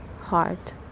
heart